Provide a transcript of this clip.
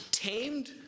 tamed